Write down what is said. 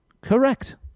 Correct